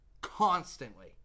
Constantly